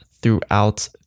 throughout